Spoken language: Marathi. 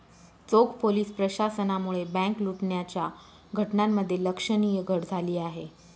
चोख पोलीस प्रशासनामुळे बँक लुटण्याच्या घटनांमध्ये लक्षणीय घट झाली आहे